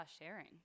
sharing